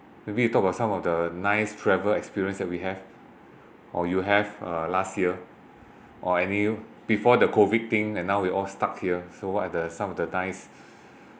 maybe we talk about some of the nice travel experience that we have or you have uh last year or any before the COVID thing and now we all stuck here so what are the some of the nice